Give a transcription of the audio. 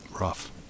Rough